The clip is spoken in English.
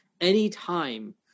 Anytime